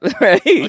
right